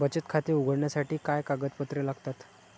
बचत खाते उघडण्यासाठी काय कागदपत्रे लागतात?